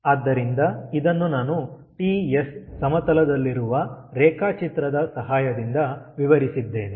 ಆದ್ದರಿಂದ ಇದನ್ನು ನಾನು ಟಿ ಎಸ್ ಸಮತಲದಲ್ಲಿರುವ ರೇಖಾಚಿತ್ರದ ಸಹಾಯದಿಂದ ವಿವರಿಸಿದ್ದೇನೆ